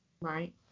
Right